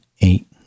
eight